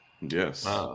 Yes